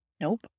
Nope